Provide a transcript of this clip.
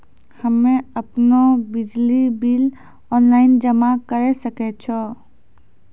हम्मे आपनौ बिजली बिल ऑनलाइन जमा करै सकै छौ?